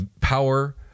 power